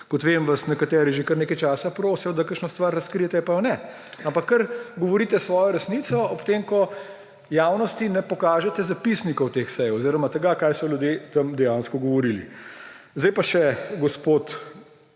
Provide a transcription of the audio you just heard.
kot vem, vas nekateri že kar nekaj časa prosijo, da kakšno stvar razkrijete, pa je ne, ampak kar govorite svojo resnico, ob tem ko javnosti ne pokažete zapisnikov teh sej oziroma tega, kaj so ljudje tam dejansko govorili. Sedaj pa še gospod